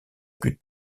plus